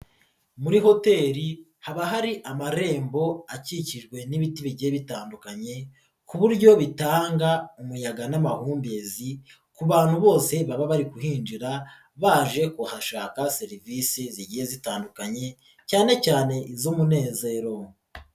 Muri hoteli haba hari amarembo akikijwe n'ibiti bigiye bitandukanye ku buryo bitanga umuyaga n'amahumbezi, ku bantu bose baba bari kuhinjira, baje kuhashaka serivisi zigiye zitandukanye cyane cyane iz'umunezero.